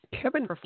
Kevin